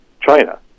China